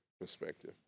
perspective